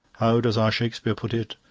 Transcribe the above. how does our shakespeare put it?